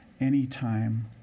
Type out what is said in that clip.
anytime